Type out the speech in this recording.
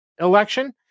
election